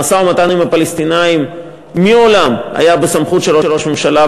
המשא-ומתן עם הפלסטינים מאז ומעולם היה בסמכות של ראש ממשלה,